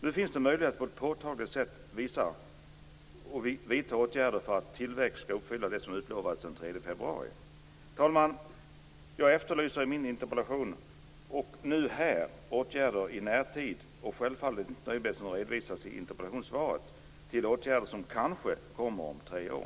Nu finns det möjlighet att på ett påtagligt sätt vidta åtgärder för tillväxt och uppfylla det som utlovades den Fru talman! Jag efterlyser i min interpellation, och även nu här, åtgärder i närtid och är självfallet inte nöjd med det som redovisas i interpellationssvaret, dvs. åtgärder som kanske kommer om tre år.